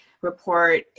report